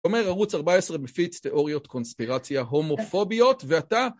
אומר ערוץ 14 מפיץ תיאוריות קונספירציה הומופוביות ואתה?